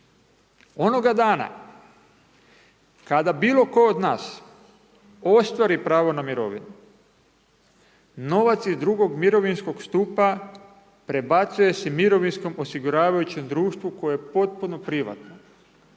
Onoga dana kada bilo tko od nas ostvari pravo na mirovinu, novac iz drugog mirovinskog stupa prebacuje se mirovinskom osiguravajućem društvu, koje je potpuno privatno.